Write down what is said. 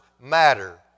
matter